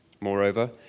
Moreover